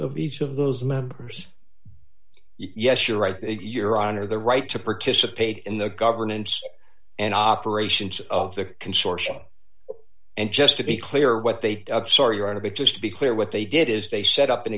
of each of those members yes your right your honor the right to participate in the governance and operations of the consortium and just to be clear what they did up sorry you're out of it just to be clear what they did is they set up an